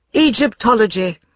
Egyptology